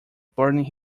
burning